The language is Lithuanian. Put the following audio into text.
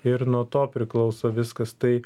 ir nuo to priklauso viskas tai